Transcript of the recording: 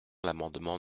l’amendement